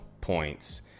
points